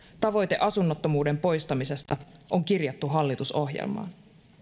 tavoite asunnottomuuden poistamisesta on kirjattu hallitusohjelmaan